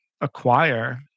acquire